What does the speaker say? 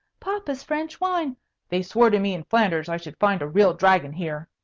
papa's french wine they swore to me in flanders i should find a real dragon here,